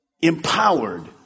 empowered